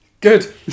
Good